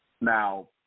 Now